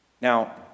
Now